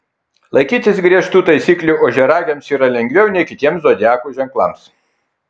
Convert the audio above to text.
laikytis griežtų taisyklių ožiaragiams yra lengviau nei kitiems zodiako ženklams